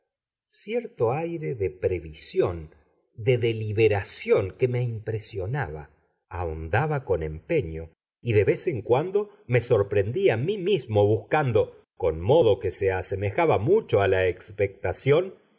cierto aire de previsión de deliberación que me impresionaba ahondaba con empeño y de vez en cuando me sorprendí a mí mismo buscando con modo que se asemejaba mucho a la expectación